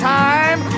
time